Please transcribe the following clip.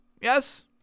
Yes